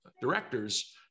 directors